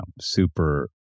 super